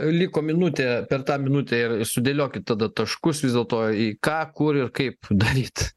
liko minutė per tą minutę ir sudėliokit tada taškus vis dėlto į ką kur ir kaip daryt